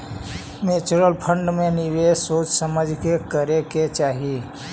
mutual fund में निवेश सोच समझ के करे के चाहि